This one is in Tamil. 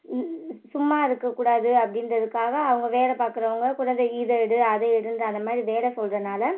சும்மா இருக்க கூடாது அப்படின்றதுக்காக அவங்க வேலை பார்க்குறவங்க குழந்தைய இதை எடு அதை எடுன்ற அதை மாதிரி வேலை சொல்கிறனால